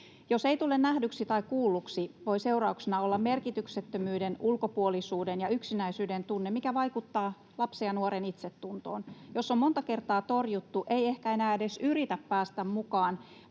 Jos ei tule nähdyksi tai kuulluksi, voi seurauksena olla merkityksettömyyden, ulkopuolisuuden ja yksinäisyyden tunne, mikä vaikuttaa lapsen ja nuoren itsetuntoon. Jos on monta kertaa torjuttu, ei ehkä enää edes yritä päästä mukaan,